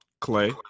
Clay